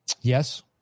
Yes